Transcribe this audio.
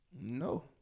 No